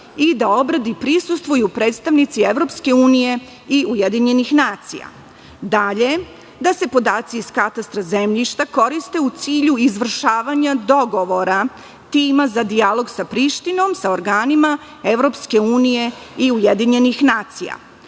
i obradi prisustvuju i predstavnici EU i UN. Dalje, da se podaci iz Katastra zemljišta koriste u cilju izvršavanja dogovora tima za dijalog sa Prištinom, sa organima EU i UN.Po tome kako